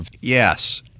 Yes